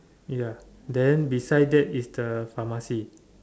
ya then beside that is the pharmacy